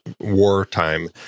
wartime